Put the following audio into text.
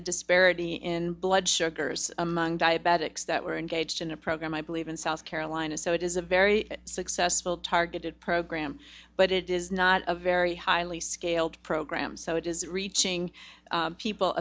the disparity in blood sugars among diabetics that were engaged in a program i believe in south carolina so it is a very successful targeted program but it is not a very highly scaled program so it is reaching people